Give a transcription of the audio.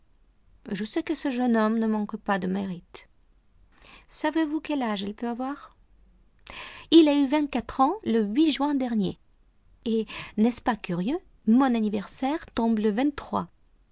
je sais que ce jeune homme ne manque pas de mérite savez-vous quel âge il peut avoir il a eu vingt-quatre ans le juin dernier et n'est-ce pas curieux mon anniversaire tombe le vingt-trois